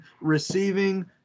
receiving